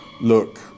look